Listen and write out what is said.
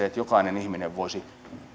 että jokainen ihminen voisi